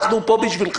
אנחנו פה בשבילכם,